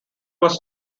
was